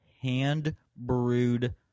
hand-brewed